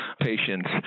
patients